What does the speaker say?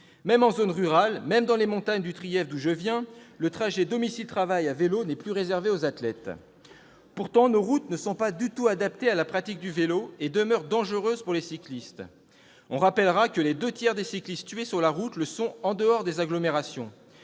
Même en zone rurale, même dans les montagnes du Trièves d'où je viens, faire à vélo le trajet entre domicile et travail n'est plus réservé aux athlètes. Pourtant, nos routes ne sont pas du tout adaptées à la pratique du vélo et demeurent dangereuses pour les cyclistes. Rappelons que les deux tiers des cyclistes tués sur la route le sont en dehors des agglomérations.